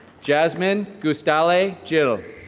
jasmine gustale jill.